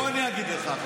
בוא אני אגיד לך.